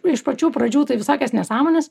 iš pačių pradžių tai visokias nesąmones